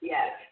Yes